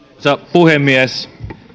puhemies